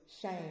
shame